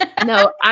No